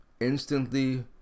instantly